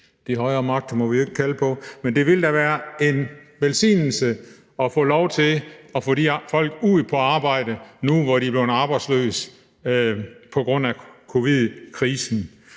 de højere magter må vi jo ikke påkalde – men det ville da være en velsignelse at få lov til at få de folk ud i arbejde nu, hvor de er blevet arbejdsløse på grund af covid-19-krisen.